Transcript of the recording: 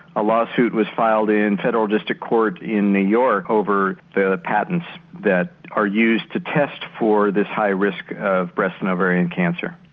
a lawsuit was filed in the federal district court in new york over the patents that are used to test for this high risk of breast and ovarian cancer.